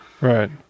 Right